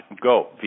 go